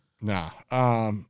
Nah